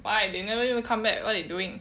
why they never even come back what they doing